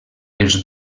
els